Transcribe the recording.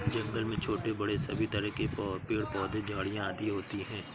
जंगल में छोटे बड़े सभी तरह के पेड़ पौधे झाड़ियां आदि होती हैं